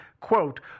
quote